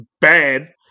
bad